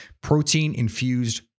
protein-infused